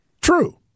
True